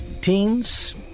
teens